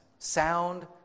sound